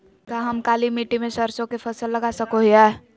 का हम काली मिट्टी में सरसों के फसल लगा सको हीयय?